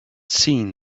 seen